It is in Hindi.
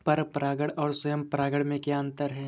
पर परागण और स्वयं परागण में क्या अंतर है?